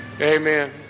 Amen